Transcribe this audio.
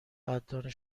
قدردان